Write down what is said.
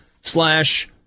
slash